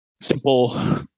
simple